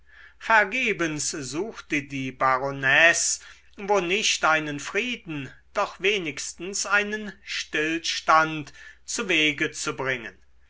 vergebens suchte die baronesse wo nicht einen frieden doch wenigstens einen stillstand zuwege zu bringen